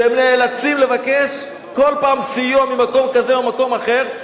והם נאלצים לבקש כל פעם סיוע ממקום כזה או מקום אחר,